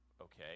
Okay